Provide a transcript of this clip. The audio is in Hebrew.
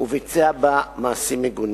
וביצע בה מעשים מגונים.